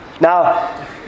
Now